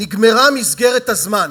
נגמרה מסגרת הזמן